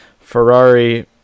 Ferrari –